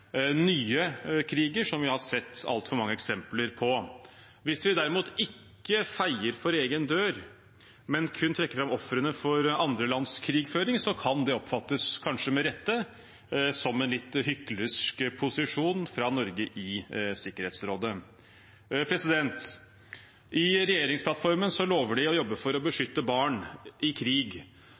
nye kriger, som vi har sett altfor mange eksempler på. Hvis vi derimot ikke feier for egen dør, men kun trekker fram ofrene for andre lands krigføring, kan det – kanskje med rette – oppfattes som en litt hyklersk posisjon fra Norge i Sikkerhetsrådet. I regjeringsplattformen lover de å jobbe for å beskytte barn i krig.